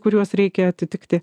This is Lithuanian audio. kuriuos reikia atitikti